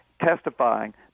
testifying